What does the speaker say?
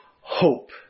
hope